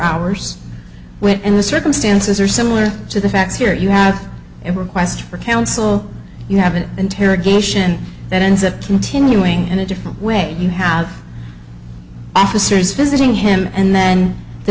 hours when the circumstances are similar to the facts here you have a request for counsel you have an interrogation that ends up continuing in a different way you have officers visiting him and then the